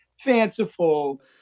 fanciful